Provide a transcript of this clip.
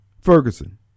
Ferguson